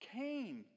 came